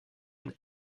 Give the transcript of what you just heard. une